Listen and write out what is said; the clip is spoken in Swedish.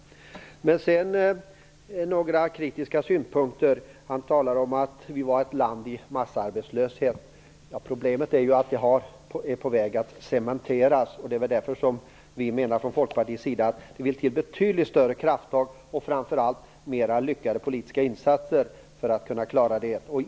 Jag vill ge några kritiska synpunkter. Arbetsmarknadsministern talar om att Sverige är ett land i massarbetslöshet. Problemet är att den är på väg att cementeras. Det är därför vi från Folkpartiets sida menar att det vill till betydligt större krafter och framför allt mera lyckade politiska insatser för att klara det.